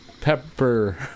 pepper